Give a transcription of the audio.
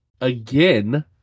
again